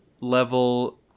level